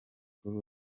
kuri